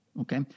Okay